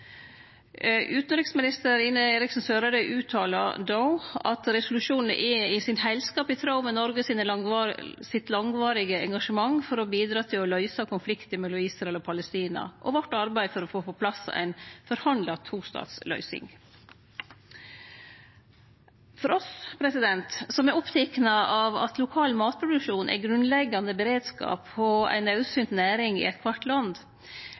Utanriksminister Ine Eriksen Søreide uttala då at resolusjonen i sin heilskap var i tråd med Noregs langvarige engasjement for å bidra til å løyse konflikten mellom Israel og Palestina, og med arbeidet vårt for å få på plass ei forhandla tostatsløysing. For oss som er opptekne av at lokal matproduksjon er grunnleggjande beredskap og ei naudsynt næring i eitkvart land,